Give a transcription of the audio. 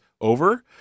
Over